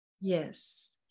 Yes